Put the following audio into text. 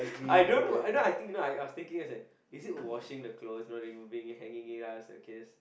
I don't know either I think you know I I was think just that is it washing the clothes you know removing it hanging it up is okay that's